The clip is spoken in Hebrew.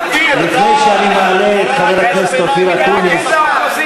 לפני שאני מעלה את חבר הכנסת אופיר אקוניס,